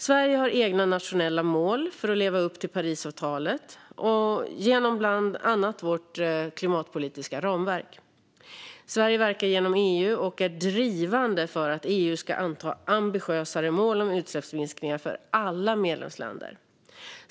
Sverige har egna nationella mål för att leva upp till Parisavtalet, bland annat genom vårt klimatpolitiska ramverk. Sverige verkar genom EU och är drivande för att EU ska anta ambitiösare mål om utsläppsminskningar för alla medlemsländer.